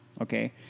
okay